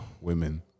Women